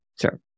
Sure